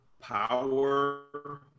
power